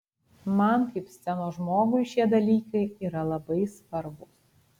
man kaip scenos žmogui šie dalykai yra labai svarbūs